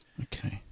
Okay